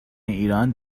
ایران